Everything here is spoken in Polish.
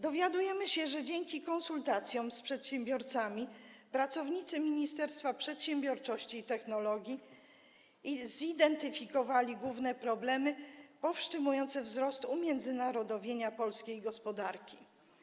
Dowiadujemy się, że dzięki konsultacjom z przedsiębiorcami pracownicy Ministerstwa Przedsiębiorczości i Technologii zidentyfikowali główne problemy powstrzymujące wzrost umiędzynarodowienia polskiej gospodarki.